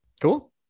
Cool